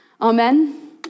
Amen